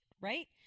right